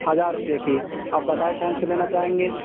ہزار روپئے کی آپ بتائے کون سا لینا چاہیں گے